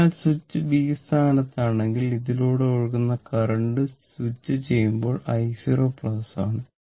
അതിനാൽ switch B സ്ഥാനത്താണെങ്കിൽ ഇതിലൂടെ ഒഴുകുന്ന കറന്റ് സ്വിച്ച് ചെയ്യുമ്പോൾ i0 ആണ്